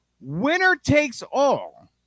winner-takes-all